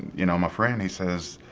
you know, my friend, he says,